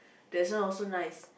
that's one also nice